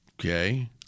Okay